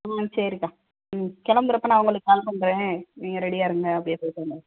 ஆ சரிக்கா ம் கிளம்புறப்ப நான் உங்களுக்கு கால் பண்ணுறேன் நீங்கள் ரெடியாக இருங்கள் அப்படியே போய்விட்டு வந்துடுவோம்